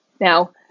Now